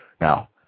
Now